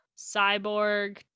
Cyborg